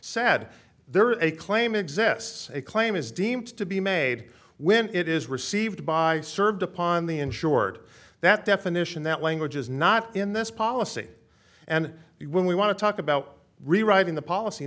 sad there are a claim exists a claim is deemed to be made when it is received by served upon the insured that definition that language is not in this policy and when we want to talk about rewriting the policy